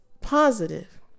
positive